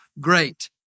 great